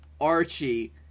Archie